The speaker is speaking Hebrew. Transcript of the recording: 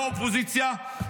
לא אופוזיציה,